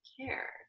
care